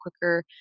quicker